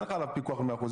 אין לך פיקוח במאה אחוז,